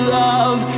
love